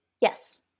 Yes